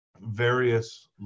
various